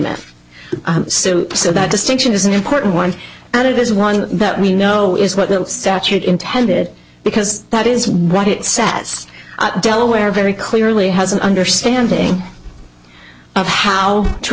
suit so that distinction is an important one and it is one that we know is what the statute intended because that is what it sat at delaware very clearly has an understanding of how to